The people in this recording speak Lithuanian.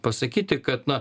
pasakyti kad na